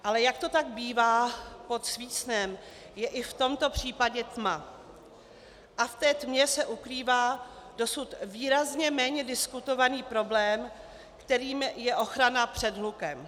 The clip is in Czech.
Ale jak to tak bývá, pod svícnem je i v tomto případě tma a v té tmě se ukrývá dosud výrazně méně diskutovaný problém, kterým je ochrana před hlukem.